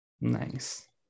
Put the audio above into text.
Nice